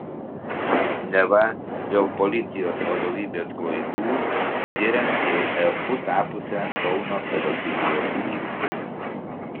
neva dėl policijos vadovybės klaidų tiriant jau epu tapusią kauno pedofilijos bylą